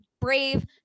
brave